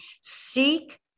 seek